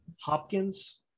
Hopkins